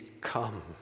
come